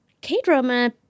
K-drama